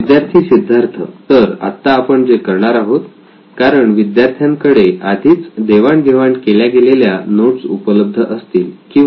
विद्यार्थी सिद्धार्थ तर आत्ता आपण जे करणार आहोत कारण विद्यार्थ्यांकडे आधीच देवाण घेवाण केल्या गेलेल्या नोट्स उपलब्ध असतील किंवा